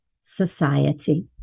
Society